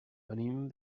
venim